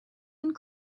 and